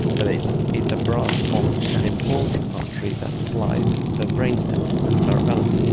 but it's it's a branch off an important artery that supplies the brain stem and cerebellum.